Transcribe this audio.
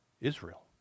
Israel